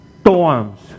storms